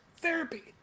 therapy